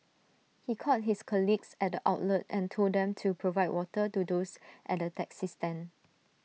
he called his colleagues at the outlet and told them to provide water to those at the taxi stand